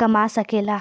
कमा सकला